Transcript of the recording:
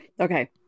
Okay